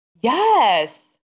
Yes